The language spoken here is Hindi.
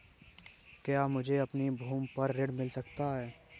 क्या मुझे अपनी भूमि पर ऋण मिल सकता है?